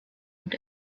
und